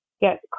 get